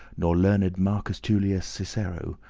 nor learned marcus tullius cicero.